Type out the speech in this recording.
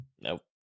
nope